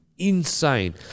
insane